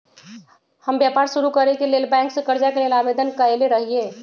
हम व्यापार शुरू करेके लेल बैंक से करजा के लेल आवेदन कयले रहिये